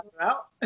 out